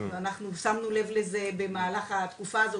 ואנחנו שמנו לב לזה במהלך התקופה הזו,